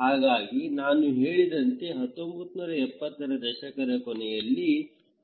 ಹಾಗಾಗಿ ನಾನು ಹೇಳಿದಂತೆ 1970 ರ ದಶಕದ ಕೊನೆಯಲ್ಲಿ